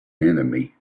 enemy